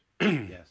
Yes